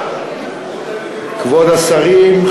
כבוד השרים,